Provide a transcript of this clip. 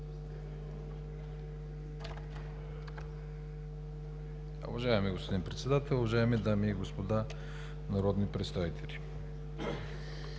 Уважаеми господин Председател, уважаеми дами и господа народни представители!